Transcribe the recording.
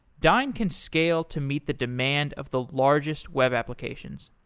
dyn can scale to meet the demand of the largest web applications.